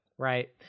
Right